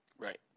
Right